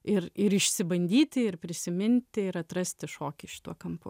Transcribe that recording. ir ir išsibandyti ir prisiminti ir atrasti šokį šituo kampu